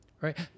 right